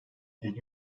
yedi